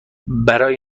برای